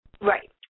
Right